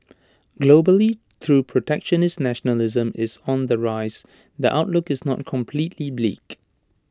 globally through protectionist nationalism is on the rise the outlook is not completely bleak